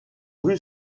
rue